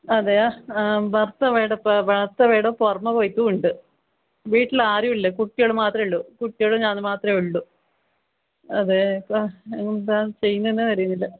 അതെയാ ഭർത്താവ് ഏടെപ്പാ ഭർത്താവെ ഏടോ പുറമെ പോയിട്ടുണ്ട് വീട്ടിലാരുമില്ല കുട്ടികൾ മാത്രമേയുള്ളൂ കുട്ടികളും ഞാനും മാത്രമേയുള്ളൂ അതെ ഇപ്പം എന്താണ് ചെയ്യുന്നത് അറിയുന്നില്ല